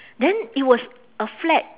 then it was a flat